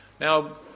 Now